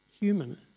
human